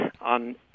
on